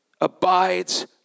abides